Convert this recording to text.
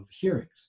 hearings